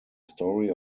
story